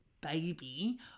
baby